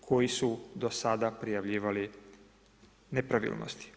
koji su do sada prijavljivali nepravilnosti.